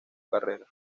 carrera